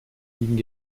liegen